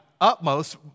utmost